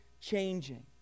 changing